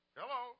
Hello